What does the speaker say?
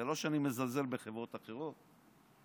זה לא שאני מזלזל בחברות אחרות,